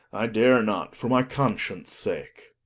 i dare not for my conscience sake.